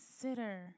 consider